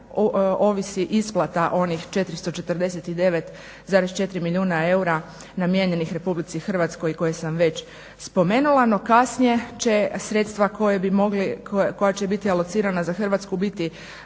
ovisi isplata onih 449,4 milijuna eura namijenjenih RH koje sam već spomenula, no kasnije će sredstva koja će biti alocirana za Hrvatsku biti